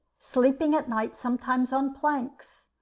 sleeping at night sometimes on planks,